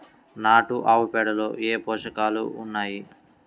నాటు ఆవుపేడలో ఏ ఏ పోషకాలు ఉన్నాయి?